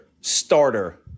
starter